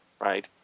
right